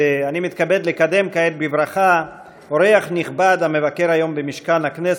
אני מתכבד לקדם כעת בברכה אורח נכבד המבקר היום במשכן הכנסת,